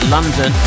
London